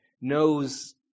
knows